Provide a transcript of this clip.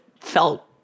felt